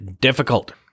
difficult